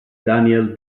daniel